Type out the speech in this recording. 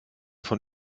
von